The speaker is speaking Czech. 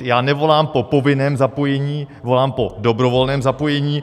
Já nevolám po povinném zapojení, volám po dobrovolném zapojení.